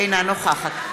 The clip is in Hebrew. אינה נוכחת.